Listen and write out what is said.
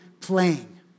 playing